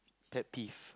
pet peeve